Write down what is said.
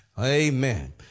amen